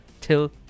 till